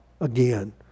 again